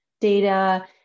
data